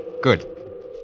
good